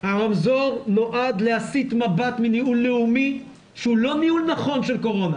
הרמזור נועד להסיט מבט מניהול לאומי שהוא לא ניהול נכון של קורונה.